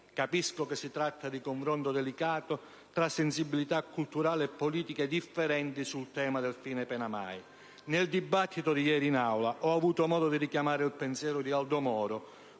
Capisco che si tratta di un confronto delicato tra diverse sensibilità culturali e politiche sul tema del "fine pena mai". Nel dibattito di ieri in Aula ho avuto modo di richiamare il pensiero di Aldo Moro